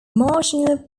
marginal